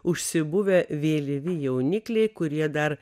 užsibuvę vėlyvi jaunikliai kurie dar